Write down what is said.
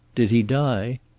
did he die?